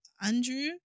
Andrew